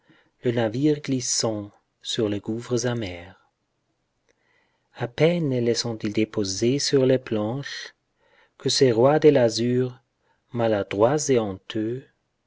le navire glissant sur les gouffres amers a peine les ont-ils déposés sur les planches que ces rois de l'azur maladroits et honteux